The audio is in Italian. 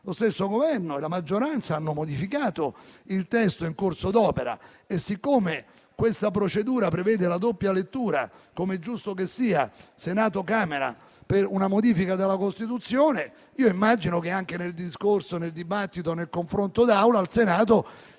Lo stesso Governo e la maggioranza hanno modificato il testo in corso d'opera. E, siccome questa procedura prevede la doppia lettura - come è giusto che sia - del Senato e della Camera per una modifica della Costituzione, io immagino che anche nel dibattito e nel confronto d'Aula al Senato